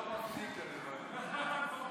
בבקשה.